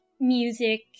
music